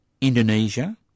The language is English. Indonesia